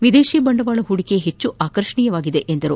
ವಿದೇಶಿ ಬಂಡವಾಳ ಹೂಡಿಕೆ ಹೆಚ್ಚು ಆಕರ್ಷಣೀಯವಾಗಿದೆ ಎಂದರು